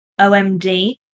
OMD